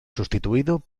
sustituido